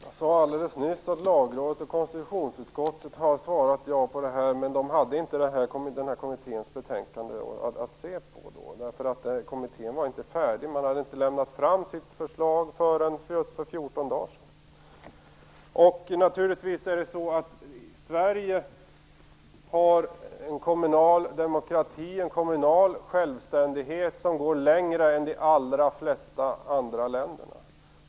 Fru talman! Jag sade alldeles nyss att Lagrådet och konstitutionsutskottet har svarat ja på detta men att de då inte hade fått kommitténs betänkande. Kommittén överlämnade sitt förslag först för två veckor sedan. Naturligtvis har Sverige en kommunal demokrati och en kommunal självständighet som går längre än i de allra flesta andra länder.